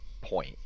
point